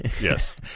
Yes